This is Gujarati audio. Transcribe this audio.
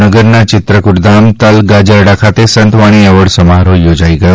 ભાવનગરના ચિત્રકુટ ધામ તલગાજરડા ખાતે સંતવાણી એવોર્ડ સમારોહ યોજાઈ ગયો